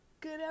good